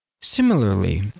Similarly